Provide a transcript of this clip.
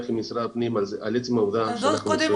עם משרד הפנים על עצם העובדה --- רגע,